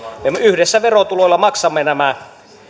me me yhdessä verotuloilla maksamme nämä